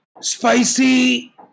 spicy